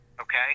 okay